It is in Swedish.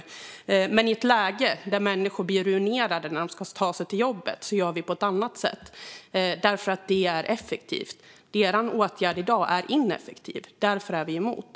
I ett läge där människor blir ruinerade när de ska ta sig till jobbet vill vi göra på ett annat sätt därför att det är effektivt. Er åtgärd i dag är ineffektiv, Rasmus Ling, och därför är vi emot.